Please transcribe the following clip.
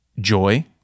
joy